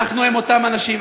אנחנו הם אותם אנשים.